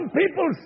people